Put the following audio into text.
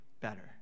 better